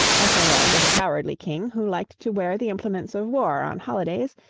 ethelred was a cowardly king, who liked to wear the implements of war on holidays,